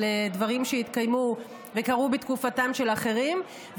על דברים שהתקיימו וקרו בתקופתם של אחרים,